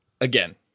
again